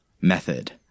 method